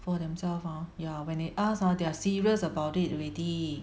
for themselves ah ya when they ask ah they are serious about it already